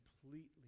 completely